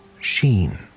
sheen